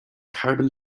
carbon